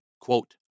quote